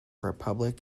republic